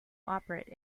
operate